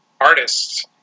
artists